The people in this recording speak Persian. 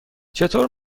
چطور